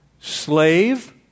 Slave